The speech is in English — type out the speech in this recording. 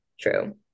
true